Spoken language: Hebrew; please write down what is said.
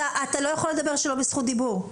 אתה לא יכול לדבר שלא בזכות דיבור,